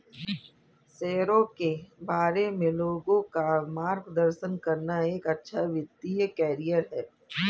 शेयरों के बारे में लोगों का मार्गदर्शन करना एक अच्छा वित्तीय करियर है